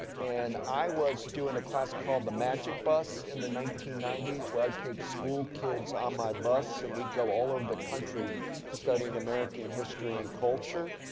and, i was doing a class called the magic bus in the nineteen ninety s where i'd take school kids on my bus and we'd go all over um the country studying american history and culture.